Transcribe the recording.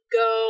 go